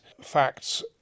facts